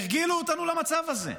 הרגילו אותנו למצב הזה.